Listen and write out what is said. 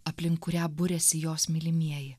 aplink kurią buriasi jos mylimieji